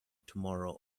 tomorrow